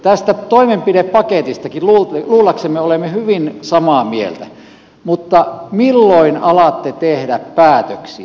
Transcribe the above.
tästä toimenpidepaketistakin luullakseni olemme hyvin samaa mieltä mutta milloin alatte tehdä päätöksiä